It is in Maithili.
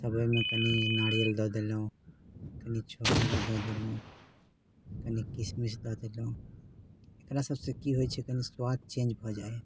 सभ ओहिमे कनि नारियल दऽ देलहुँ कनि छोहाड़ा दऽ देलहुँ कनि किशमिश दऽ देलहुँ एकरा सभसे की होइ छै कनि स्वाद चेन्ज भऽ जाइ छै